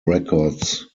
records